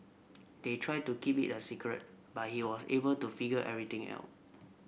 they tried to keep it a secret but he was able to figure everything ell